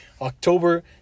October